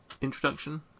introduction